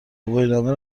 گواهینامه